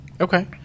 Okay